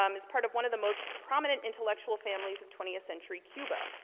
um is part of one of the most prominent intellectual families of twentieth century cuba,